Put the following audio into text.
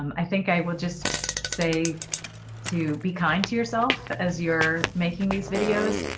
i think i will just say to be kind to yourself as you're making these videos.